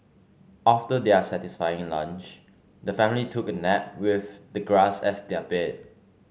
after their satisfying lunch the family took a nap with the grass as their bed